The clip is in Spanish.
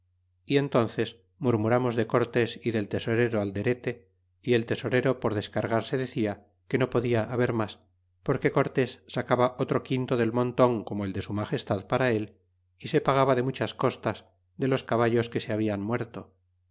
y entónces murmuramos de cortés y del tesorero alderete y el tesorero por descargarse decia que no podia haber mas porque cortés sacaba otro quinto del monton como el de su magestad para él y se pagaba de muchas costas de los caballos que se habian muerto